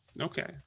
Okay